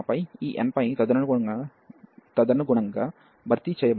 ఆపై ఈ nπ తదనుగుణంగా భర్తీ చేయబడుతుంది మరియు n1y కూడా